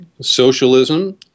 socialism